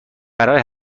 برای